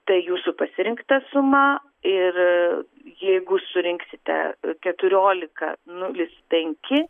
tai jūsų pasirinkta suma ir jeigu surinksite keturiolika nulis penki